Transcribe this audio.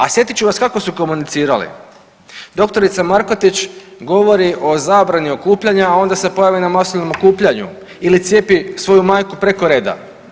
A sjetit ću vas kako su komunicirali, dr. Markotić govori o zabrani okupljanja, a onda se pojavi na masovnom okupljanju ili cijepi svoju majku preko red.